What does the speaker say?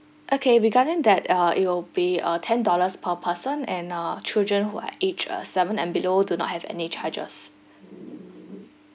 okay regarding that uh it'll be uh ten dollars per person and uh children who are aged uh seven and below do not have any charges